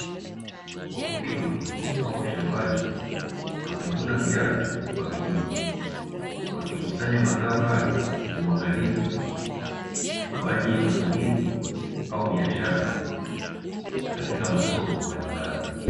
Wakulima wako shambani wakivuna viazi kwa bidii, wakikusanya mazao hayo kwa uangalifu kwa ajili ya matumizi au biashara katika masoko mbalimbali.